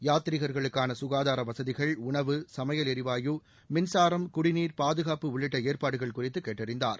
யாத்ரிகர்களுக்கான கசகாதார வசதிகள் உணவு சமையல் எரிவாயு மின்சாரம் குடிநீர் பாதுகாப்பு உள்ளிட்ட ஏற்பாடுகள் குறித்து கேட்டறிந்தார்